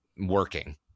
working